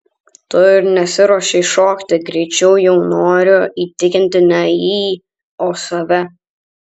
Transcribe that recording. tu ir nesiruošei šokti greičiau jau noriu įtikinti ne jį o save